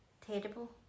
terrible